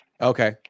Okay